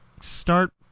start